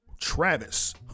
Travis